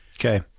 Okay